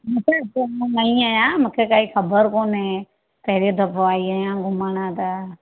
मूंखे हिते मां नई आहियां मूंखे काई ख़बर कोन्हे पहिरियों दफ़ा आई आहियां घुमण त